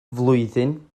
flwyddyn